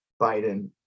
Biden